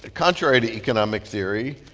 contrary to economic theory,